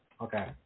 Okay